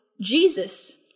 Jesus